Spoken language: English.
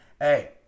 Hey